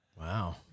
wow